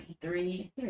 Three